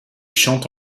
chante